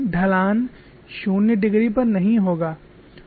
ढलान 0 डिग्री पर नहीं होगा